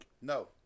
no